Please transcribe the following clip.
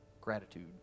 gratitude